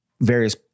various